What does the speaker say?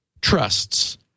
trusts